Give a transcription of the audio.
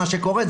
מה שקורה,